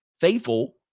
faithful